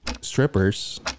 strippers